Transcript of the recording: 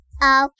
Okay